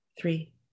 three